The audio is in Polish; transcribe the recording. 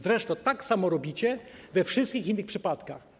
Zresztą tak samo robicie we wszystkich innych przypadkach.